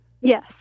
Yes